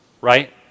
right